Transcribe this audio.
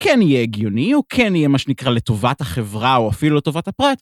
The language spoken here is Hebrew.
‫כן יהיה הגיוני, הוא כן יהיה מה שנקרא ‫לטובת החברה, או אפילו לטובת הפרט.